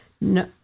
No